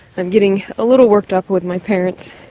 i'm getting a little worked up with my parents,